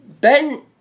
Ben